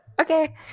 Okay